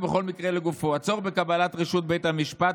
הצעת החוק קובעת שבית המשפט